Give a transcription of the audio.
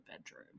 bedroom